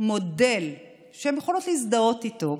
מודל שהן יכולות להזדהות איתו,